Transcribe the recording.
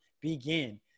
begin